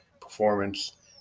performance